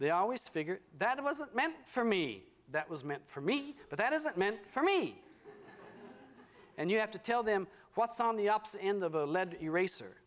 they always figure that it wasn't meant for me that was meant for me but that isn't meant for me and you have to tell them what's on the ups and the lead eraser